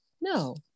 No